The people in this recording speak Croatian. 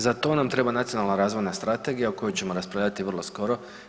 Za to nam treba Nacionalna razvojna strategija o kojoj ćemo raspravljati vrlo skoro.